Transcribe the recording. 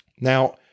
Now